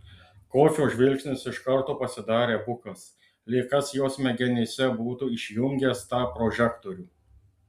kofio žvilgsnis iš karto pasidarė bukas lyg kas jo smegenyse būtų išjungęs tą prožektorių